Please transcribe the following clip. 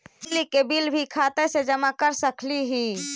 बिजली के बिल भी खाता से जमा कर सकली ही?